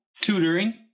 tutoring